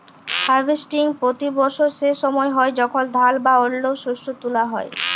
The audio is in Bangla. হার্ভেস্টিং পতি বসর সে সময় হ্যয় যখল ধাল বা অল্য শস্য তুলা হ্যয়